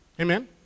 Amen